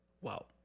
Wow